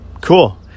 Cool